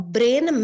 Brain